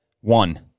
One